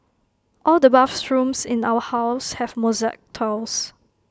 all the bathrooms in our house have mosaic tiles